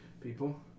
people